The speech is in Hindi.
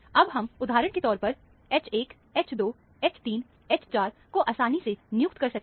अब हम उदाहरण के तौर पर H1H2H3H4 को आसानी से नियुक्त कर सकते हैं